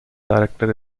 director